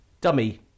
dummy